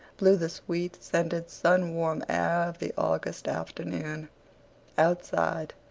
blew the sweet, scented, sun-warm air of the august afternoon outside,